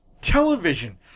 television